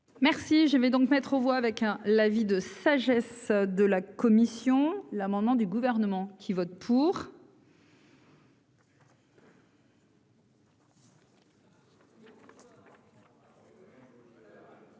Merci, je vais donc mettre aux voix avec hein, la vie de sagesse de la commission, l'amendement du gouvernement qui vote pour.